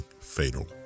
fatal